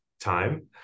time